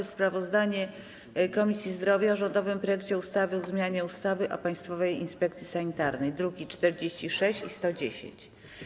Sprawozdanie Komisji Zdrowia o rządowym projekcie ustawy o zmianie ustawy o Państwowej Inspekcji Sanitarnej (druki 46 i 110)